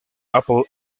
apple